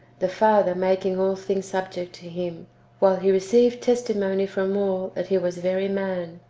the father making all things subject to him while he received testimony from all that he was very man,